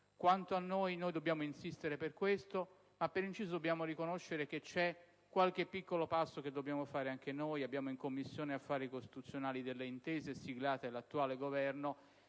Quanto a noi, dobbiamo insistere per questo, ma per inciso dobbiamo riconoscere che c'è qualche piccolo passo che dobbiamo compiere anche noi. In Commissione affari costituzionali ci sono intese siglate dall'attuale Governo.